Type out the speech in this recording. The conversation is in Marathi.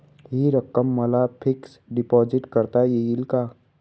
हि रक्कम मला फिक्स डिपॉझिट करता येईल का?